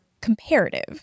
comparative